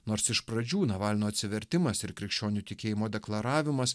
nors iš pradžių navalno atsivertimas ir krikščionių tikėjimo deklaravimas